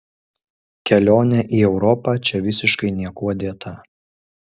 kelionė į europą čia visiškai niekuo dėta